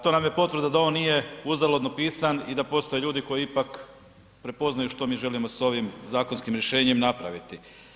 To nam je potvrda da on nije uzaludno pisan i da postoje ljudi koji ipak prepoznaju što mi želimo sa ovim zakonskim rješenjem napraviti.